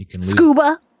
Scuba